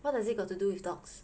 what does it got to do with dogs